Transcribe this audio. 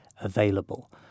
available